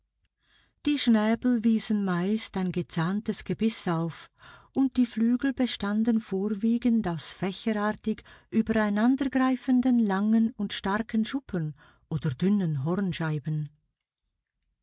die schnäbel wiesen meist ein gezahntes gebiß auf und die flügel bestanden vorwiegend aus fächerartig übereinandergreifenden langen und starken schuppen oder dünnen